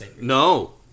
No